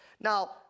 Now